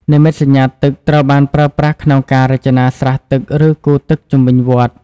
និមិត្តសញ្ញាទឹក ត្រូវបានប្រើប្រាស់ក្នុងការរចនាស្រះទឹកឬគូទឹកជុំវិញវត្ត។